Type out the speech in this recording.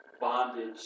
bondage